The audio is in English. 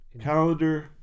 Calendar